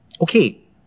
Okay